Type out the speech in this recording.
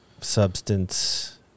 substance